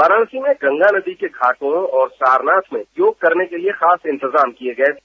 वाराणसी में गंगा नदी के घाटों और सारनाथ में योग करने के लिए खास इंतजाम किये गये